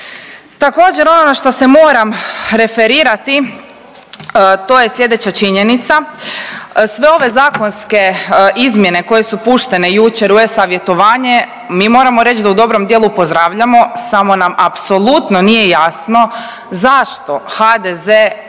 Također ono na što se moram referirati to je slijedeća činjenica. Sve ove zakonske izmjene koje su puštene jučer u e-savjetovanje, mi moramo reć da u dobrom dijelu pozdravljamo, samo nam apsolutno nije jasno zašto HDZ nikako